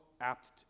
apt